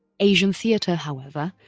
asian theatre however,